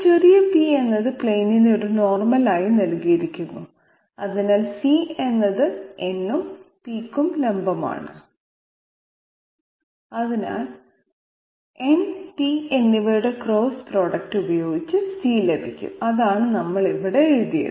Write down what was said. നമ്മൾ ചെറിയ p എന്നത് പ്ലെയിനിന് ഒരു നോർമൽ ആയി നൽകിയിരിക്കുന്നു അതിനാൽ c എന്നത് n നും p ക്കും ലംബമാണ് അതായത് n p എന്നിവയുടെ ക്രോസ് പ്രോഡക്റ്റ് ഉപയോഗിച്ച് c ലഭിക്കും അതാണ് നമ്മൾ ഇവിടെ എഴുതിയത്